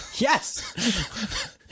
Yes